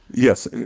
yes,